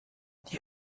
die